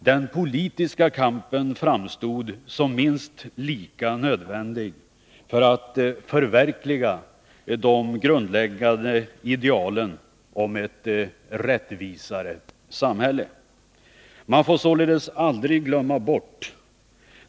Den politiska kampen framstod som minst lika nödvändig för att man skulle kunna förverkliga de grundläggande idealen för ett rättvisare samhälle.